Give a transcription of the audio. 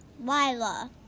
Lila